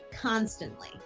constantly